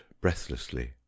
breathlessly